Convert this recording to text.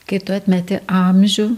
kai tu atmeti amžių